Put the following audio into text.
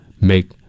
make